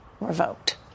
revoked